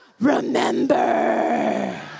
remember